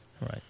right